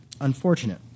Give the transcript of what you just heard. unfortunate